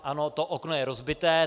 Ano, to okno je rozbité.